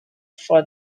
for